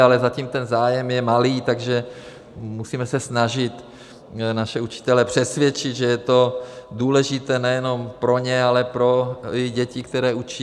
Ale zatím ten zájem je malý, takže musíme se snažit naše učitele přesvědčit, že je to důležité nejenom pro ně, ale i pro děti, které učí.